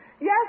Yes